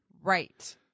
Right